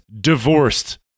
divorced